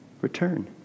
return